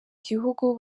gihugu